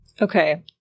Okay